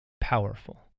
powerful